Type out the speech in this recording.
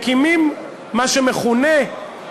מקימים מה שמכונה,